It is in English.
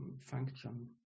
function